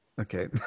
okay